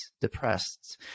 depressed